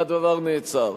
והדבר נעצר.